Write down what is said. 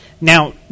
Now